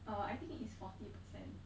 uh I think is forty percent